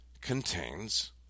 contains